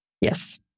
yes